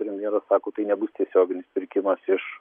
premjeras sako tai nebus tiesioginis pirkimas iš